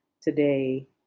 today